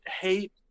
hate